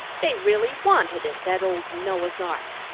they really wanted it, that old noah's ark!